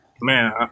Man